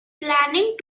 planning